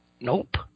nope